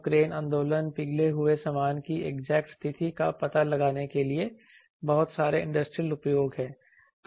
तो क्रेन आंदोलन पिघले हुए सामान की एग्जैक्ट स्थिति का पता लगाने के लिए बहुत सारे इंडस्ट्रियल उपयोग हैं